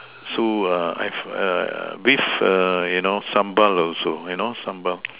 so err I have err beef err you know sambal also you know sambal